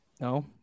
No